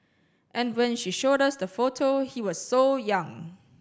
and when she showed us the photo he was so young